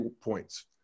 points